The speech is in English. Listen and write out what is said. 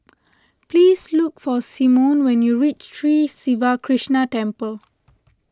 please look for Symone when you reach Sri Siva Krishna Temple